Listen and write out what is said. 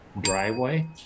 driveway